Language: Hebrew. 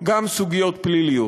גם סוגיות פליליות.